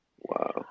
Wow